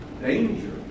danger